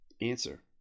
answer